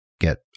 get